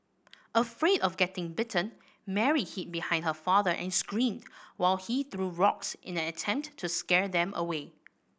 afraid of getting bitten Mary hid behind her father and screamed while he threw rocks in an attempt to scare them away